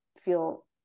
feel